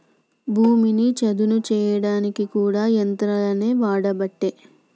భూమిని చదును చేయడానికి కూడా యంత్రాలనే వాడబట్టే